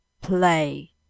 Play